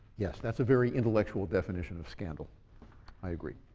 yes, that's a very intellectual definition of scandal i agree.